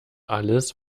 alles